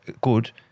good